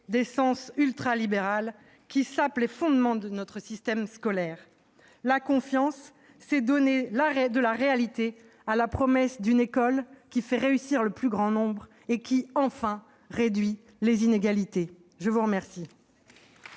d'essence ultralibérale, qui sape les fondements de notre système scolaire. La confiance, c'est donner de la réalité à la promesse d'une école qui fait réussir le plus grand nombre et qui- enfin -réduit les inégalités. La parole